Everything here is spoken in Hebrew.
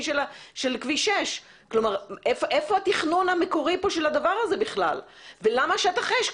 של כביש 6. איפה התכנון המקורי פה של הדבר הזה בכלל ולמה שטח אש?